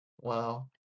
Wow